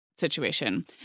Situation